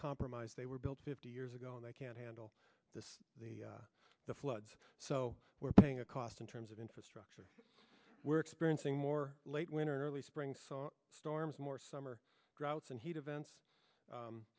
compromised they were built fifty years ago and they can't handle this the the floods so we're paying a cost in terms of infrastructure we're experiencing more late winter early spring saw storms more summer droughts and he defends